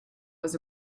was